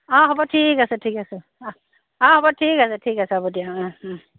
অঁ হ'ব ঠিক আছে ঠিক আছে অঁ অঁ হ'ব ঠিক আছে ঠিক আছে হ'ব দিয়া অঁ অঁ